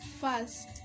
first